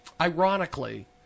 ironically